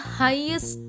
highest